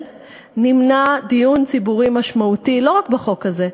נמנע דיון ציבורי משמעותי לא רק בחוק הזה,